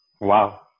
wow